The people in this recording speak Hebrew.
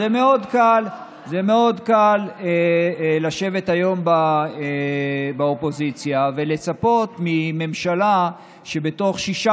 זה מאוד קל לשבת היום באופוזיציה ולצפות מממשלה שבתוך שישה